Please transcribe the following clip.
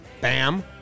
Bam